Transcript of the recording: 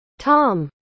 Tom